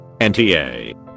nta